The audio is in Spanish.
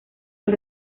los